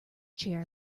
chair